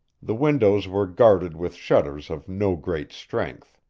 the windows were guarded with shutters of no great strength.